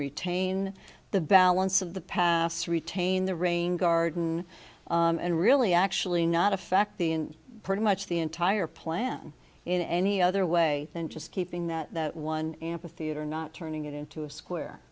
retain the balance of the past retain the rain garden and really actually not affect the in pretty much the entire plan in any other way than just keeping that one ampitheater not turning it into a square